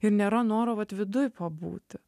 ir nėra noro vat viduj pabūti